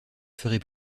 ferez